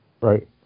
Right